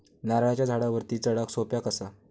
नारळाच्या झाडावरती चडाक सोप्या कसा?